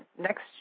next